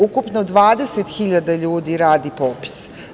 Ukupno 20.000 hiljada ljudi radi popis.